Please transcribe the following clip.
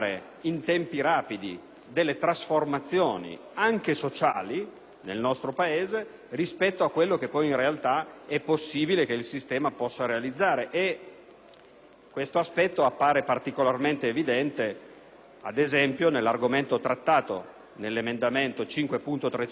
delle trasformazioni anche sociali del nostro Paese che a quello che in realtà il sistema può realizzare. Questo aspetto appare particolarmente evidente, ad esempio, nell'argomento trattato nell'emendamento 5.200 del Governo,